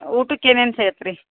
ಊಟಕ್ಕೆ ಏನೇನು ಸಿಗತ್ತೆ ರೀ